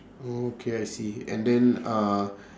oh okay I see and then uh